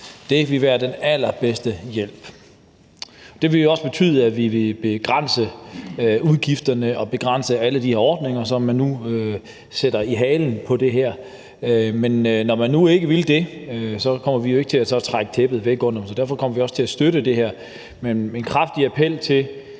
Det ville være den allerbedste hjælp, og det ville jo også betyde, at vi ville begrænse udgifterne og begrænse alle de her ordninger, som man nu sætter i halen på det her. Men når man nu ikke vil det, så kommer vi jo ikke til at trække tæppet væk under dem. Så derfor kommer vi også til at støtte det her, men med en kraftig appel til,